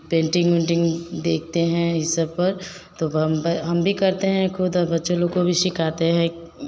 painting उन्टिंग देखते हैं ई सब पर तो बम्ब हम भी करते है खुद और बच्चा लोग को भी सिखाते हैं